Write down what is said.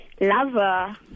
lover